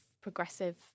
progressive